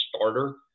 starter